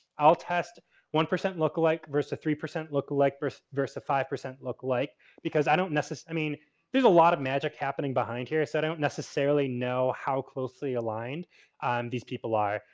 i'll test one percent look-alike versus a three percent look-alike versus versus five percent look-alike because i don't necessary need. i mean there is a lot of magic happening behind here. so, i don't necessarily know how closely aligned these people are.